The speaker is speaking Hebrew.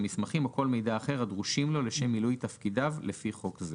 המסמכים או כל מידע אחר הדרושים לו לשם מילוי תפקידיו לפי חוק זה."